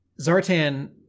Zartan